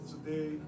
Today